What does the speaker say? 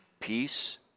peace